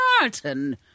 Martin